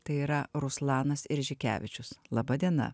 tai yra ruslanas iržikevičius laba diena